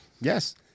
Yes